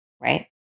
right